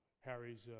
harry's